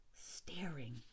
staring